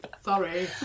Sorry